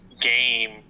game